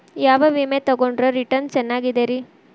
ಯಾವ ವಿಮೆ ತೊಗೊಂಡ್ರ ರಿಟರ್ನ್ ಚೆನ್ನಾಗಿದೆರಿ?